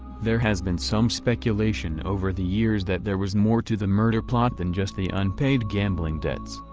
there has been some speculation over the years that there was more to the murder plot than just the unpaid gambling debts,